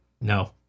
No